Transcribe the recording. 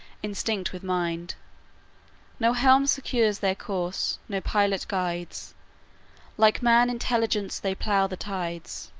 instinct with mind no helm secures their course, no pilot guides like man intelligent they plough the tides,